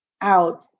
out